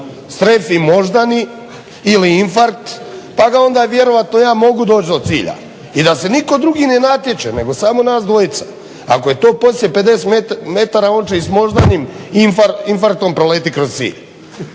strefi moždani ili infarkt pa ga onda vjerojatno ja mogu doći do cilja i da se nitko drugi ne natječe nego samo nas dvojica. Ako je to poslije 50 m on će i s moždanim infarktom proletiti kroz cilj.